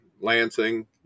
Lansing